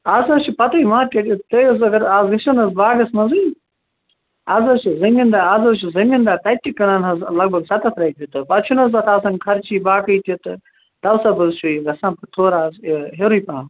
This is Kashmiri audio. اَز حظ چھِ پتہٕے مارکیٚٹ تۄہہِ حظ اگر اَز گژھیٚو نَہ حظ باغَس منٛزٕے اَز حظ چھِ زمیٖندار اَز حظ چھِ زمیٖندار تَتہِ کٕنان حظ لگ بگ ستھ ہتھ رۄپیہِ تہٕ پتہٕ چھُنَہ حظ آسان خرچی باقٕے تہِ تہٕ توسب حظ چھُ یہِ گَژھان تھوڑا حظ یہِ ہیٚورٕے پَہم